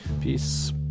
Peace